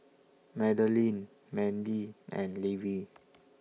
Madeline Manley and Levie